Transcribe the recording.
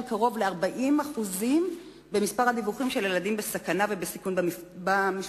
קרוב ל-40% במספר הדיווחים על ילדים בסכנה ובסיכון במשפחה.